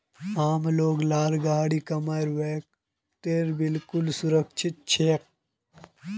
आम लोग लार गाढ़ी कमाई बैंकत बिल्कुल सुरक्षित छेक